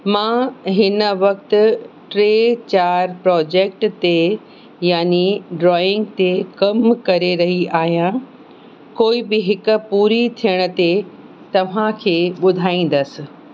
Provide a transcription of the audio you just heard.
मां हिन वक़्तु टे चारि प्रोजेक्ट ते यानी ड्रॉइंग ते कम करे रही आहियां कोई बि हिकु पूरी थियण ते तव्हांखे ॿुधाईंदसि